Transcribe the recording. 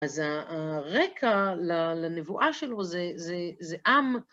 אז אה הרקע לה לנבואה שלו זה זה עם.